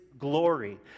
glory